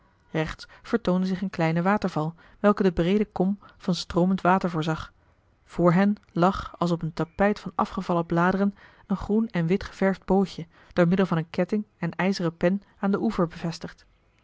rechts vertoonde zich een kleine waterval welke de breede kom van stroomend water voorzag voor hen lag als op een tapijt van afgevallen bladeren een groen en wit geverfd bootje door middel van een ketting en ijzeren pen aan den oever bevestigd